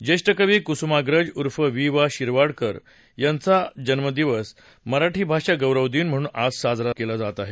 ज्येष्ठ कवी कुसुमाप्रज उर्फ वि वा शिरवाडकर यांचा जन्मदिवस मराठी भाषा गौरव दिन म्हणून आज साजरा केला जातो